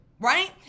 right